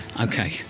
Okay